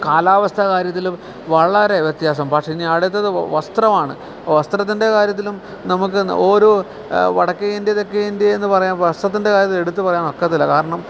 കാലാവസ്ഥ കാര്യത്തിലും വളരെ വ്യത്യാസം പക്ഷേ ഇനി അടുത്തത് വസ്ത്രമാണ് വസ്ത്രത്തിൻ്റെ കാര്യത്തിലും നമുക്ക് ഓരോ വടക്കേ ഇന്ത്യ തെക്കേ ഇന്ത്യ എന്ന് പറയാന് വസ്ത്രത്തിൻ്റെ കാര്യത്തില് എടുത്തുപറയാൻ ഒക്കത്തില്ല കാരണം